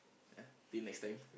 ya till next time